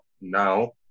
now